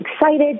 excited